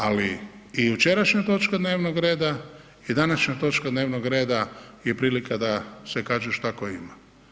Ali i jučerašnja točka dnevnog reda i današnja točka dnevnog reda je prilika da se kaže šta ko ima.